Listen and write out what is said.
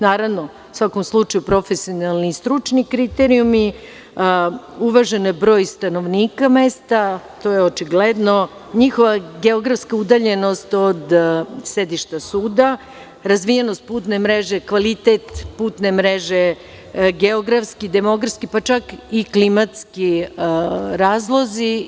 Naravno, u svakom slučaju profesionalni i stručni kriterijumi, uvaženi broj stanovnika mesta, to je očigledno njihova geografska udaljenost od sedišta suda, razvijenost putne mreže, kvalitet putne mreže, geografski, demografski, pa čak i klimatski razlozi.